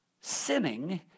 sinning